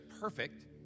perfect